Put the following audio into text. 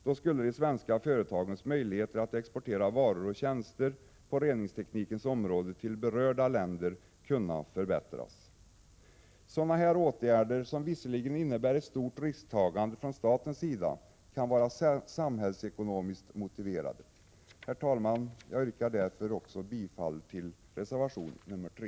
Då skulle de svenska företagens möjligheter att exportera varor och tjänster på reningsteknikens område till berörda länder kunna förbättras. Sådana åtgärder, som visserligen innebär ett stort risktagande från statens sida, kan vara samhällsekonomiskt motiverade. Herr talman! Jag yrkar därmed också bifall till reservation 3.